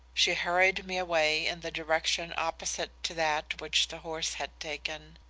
she hurried me away in the direction opposite to that which the horse had taken.